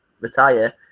retire